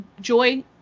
joy